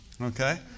Okay